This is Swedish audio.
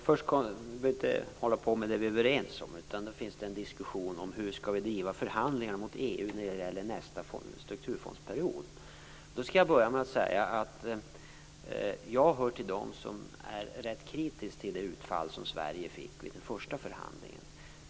Herr talman! Vi behöver ju inte hålla med det vi är överens om. Men sedan finns det en diskussion om hur vi skall driva förhandlingarna med EU när det gäller nästa strukturfondsperiod. Låt mig då börja med att säga att jag hör till dem som är rätt kritiska till det utfall som Sverige fick vid den första förhandlingen.